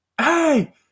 Hey